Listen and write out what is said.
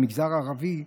למגזר הערבי,